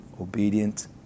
obedient